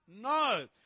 No